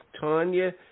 Tanya